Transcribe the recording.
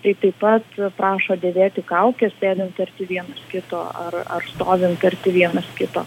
tai taip pat prašo dėvėti kaukes sėdint arti vienas kito ar ar stovint arti vienas kito